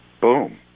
boom